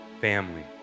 family